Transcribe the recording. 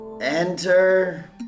Enter